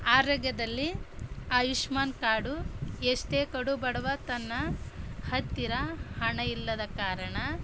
ಆರೋಗ್ಯದಲ್ಲಿ ಆಯುಷ್ಮಾನ್ ಕಾರ್ಡು ಎಷ್ಟೇ ಕಡು ಬಡವ ತನ್ನ ಹತ್ತಿರ ಹಣ ಇಲ್ಲದ ಕಾರಣ